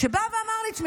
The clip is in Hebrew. שבא ואמר לי: תשמעי,